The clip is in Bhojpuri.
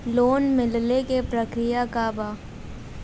लोन मिलेला के प्रक्रिया का बा?